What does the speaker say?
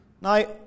Now